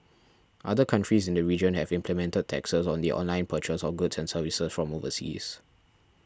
other countries in the region have implemented taxes on the online purchase of goods and services from overseas